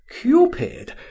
Cupid